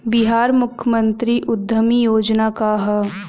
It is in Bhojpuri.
बिहार मुख्यमंत्री उद्यमी योजना का है?